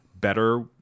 better